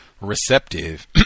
receptive